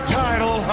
title